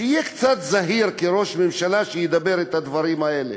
שיהיה קצת זהיר כראש ממשלה כשידבר את הדברים האלה.